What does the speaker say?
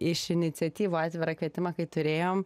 iš iniciatyvų atvirą kvietimą kai turėjom